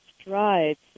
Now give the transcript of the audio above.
strides